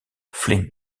flint